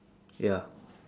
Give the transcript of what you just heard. ya